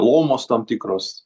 lomos tam tikros